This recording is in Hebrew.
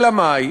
אלא מאי?